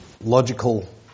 logical